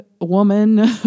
woman